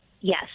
Yes